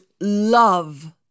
love